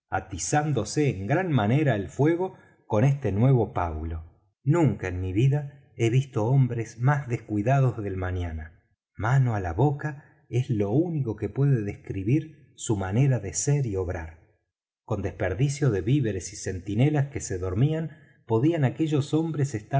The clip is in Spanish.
atizándose en gran manera el fuego con este nuevo pábulo nunca en mi vida he visto hombres más descuidados del mañana mano á la boca es lo único que puede describir su manera de ser y obrar con desperdicio de víveres y centinelas que se dormían podían aquellos hombres